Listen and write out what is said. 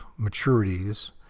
maturities